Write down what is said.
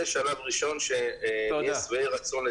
זה שלב ראשון שנהיה שבעי רצון,